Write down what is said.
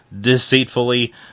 Deceitfully